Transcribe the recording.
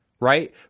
Right